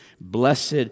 Blessed